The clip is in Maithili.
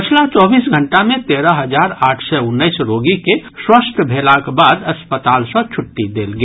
पछिला चौबीस घंटा मे तेरह हजार आठ सय उन्नैस रोगी के स्वस्थ भेलाक बाद अस्पताल सँ छुट्टी देल गेल